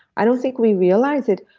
i don't think we realize it,